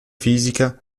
fisica